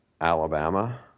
Alabama